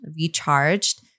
recharged